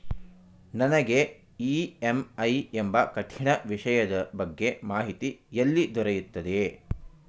ನನಗೆ ಇ.ಎಂ.ಐ ಎಂಬ ಕಠಿಣ ವಿಷಯದ ಬಗ್ಗೆ ಮಾಹಿತಿ ಎಲ್ಲಿ ದೊರೆಯುತ್ತದೆಯೇ?